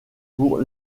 pour